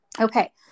Okay